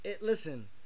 Listen